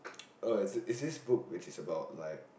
uh it's this book which is about like